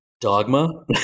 Dogma